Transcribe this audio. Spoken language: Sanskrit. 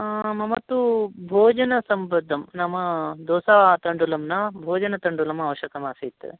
आ मम तु भोजनसम्बद्धं नाम दोसातण्डुलं न भोजनतण्डुलम् आवश्यकम् आसीत्